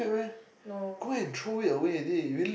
no